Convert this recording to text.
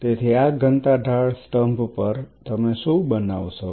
તેથી આ ઘનતા ઢાળ સ્તંભ પર તમે શું બનાવશો